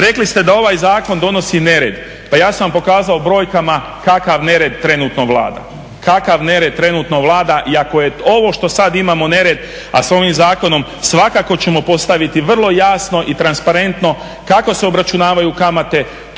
Rekli ste da ovaj zakon donosi nered, pa ja sam vam pokazao brojkama kakav nered trenutno vlada i ako je ovo što sad imamo nered, a s ovim zakonom svakako ćemo postaviti vrlo jasno i transparentno kako se obračunavaju kamate, tko